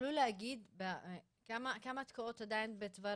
תוכלו להגיד בבקשה כמה תקועות עדין בצוואר